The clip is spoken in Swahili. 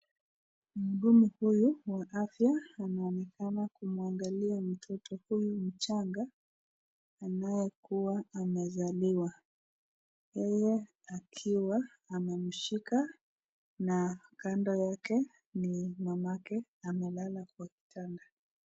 Mhudumu huyu wa afya anaonekana kumwangalia mtoto huyu mchanga ,anaye kuwa amezaliwa. Yeye akiwa amemshika na kando yake ni mamake amelala kwa kitanda .